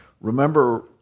Remember